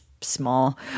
small